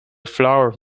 flour